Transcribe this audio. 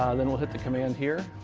um then we'll hit the command here.